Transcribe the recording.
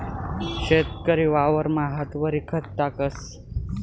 शेतकरी वावरमा हातवरी खत टाकस